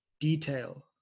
Detail